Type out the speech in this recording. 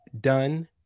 done